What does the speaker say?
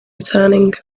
returning